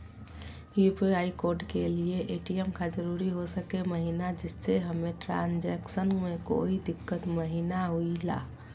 UPI code के लिए ATM का जरूरी हो सके महिना जिससे हमें ट्रांजैक्शन में कोई दिक्कत महिना हुई ला?